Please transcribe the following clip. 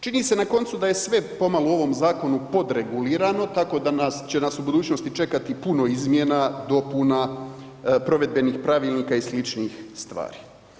Čini se na koncu da se sve pomalo u ovom zakonu podregulirano tako da nas, će nas u budućnosti čekati puno izmjena, dopuna, provedbenih pravilnika i sl. stvari.